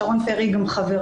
שרון פרי היא גם חברה,